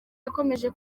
yakomeje